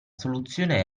soluzione